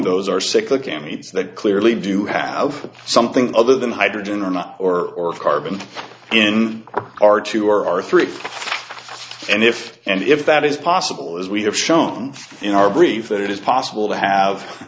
those are sick look at means that clearly do have something other than hydrogen or not or carbon in our two or our three and if and if that is possible as we have shown in our brief that it is possible to have